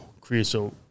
creosote